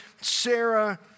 Sarah